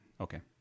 Okay